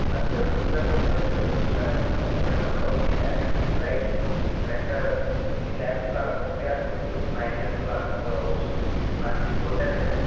আচ্ছা রুমটা বলতে সেরকম কিছু হবে না ওই একটা টিউব লাইট আর একটা এমনি ল্যাম্প লাগাতে হবে আর নীচে নাইট ল্যাম্প তো লাগাতে হবে অবশ্যই আর যে বোর্ডটা দেবেন